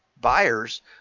buyers